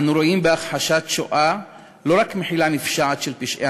אנו רואים בהכחשת השואה לא רק מחילה נפשעת על פשעי